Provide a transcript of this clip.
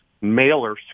mailer